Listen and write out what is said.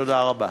תודה רבה.